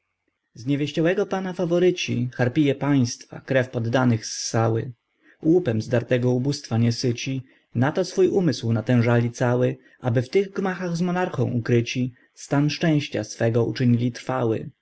zażywać zniewieściałego pana faworyci harpije państwa krew poddanych ssały łupem zdartego ubóstwa niesyci na to swój umysł natężali cały aby w tych gmachach z monarchą ukryci stan szczęścia swego uczynili trwały